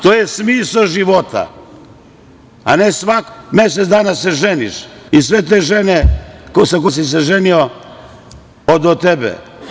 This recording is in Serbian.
To je smisao života, a ne svakih mesec dana se ženiš i sve te žene sa kojima si se ženio odu od tebe.